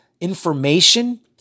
information